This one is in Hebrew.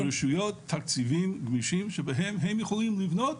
וצריך לתת לרשויות תקציבים גמישים שבהם הם יכולים לבנות